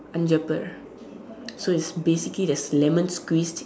Anjappar so it's basically there's lemon squeezed